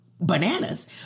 bananas